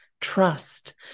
Trust